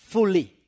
Fully